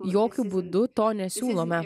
jokiu būdu to nesiūlome